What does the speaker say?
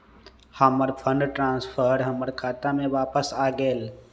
हमर fund transfer हमर खाता में वापस आ गेल